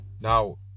now